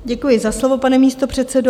Děkuji za slovo, pane místopředsedo.